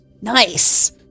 Nice